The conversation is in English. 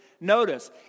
Notice